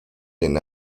den